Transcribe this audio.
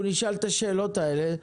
אנחנו נשאל את השאלות האלה.